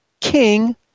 king